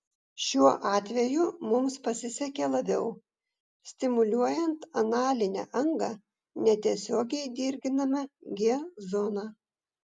šiuo atveju mums pasisekė labiau stimuliuojant analinę angą netiesiogiai dirginama g zona